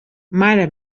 mare